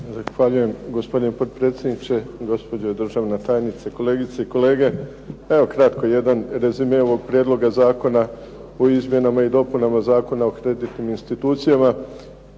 Zahvaljujem gospodine potpredsjedniče, gospođo državna tajnice, kolegice i kolege. Evo kratko jedan rezime ovog prijedloga Zakona o izmjenama i dopunama Zakona o kreditnim institucijama.